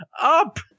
up